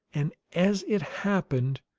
and as it happened,